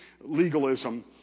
legalism